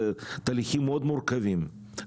זה תהליכים מאוד מורכבים,